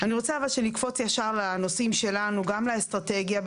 אני רוצה שנקפוץ ישר לאסטרטגיה שלנו,